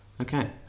Okay